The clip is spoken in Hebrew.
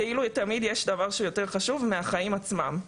כאילו שיש דבר יותר חשוב מהחיים עצמם.